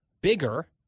bigger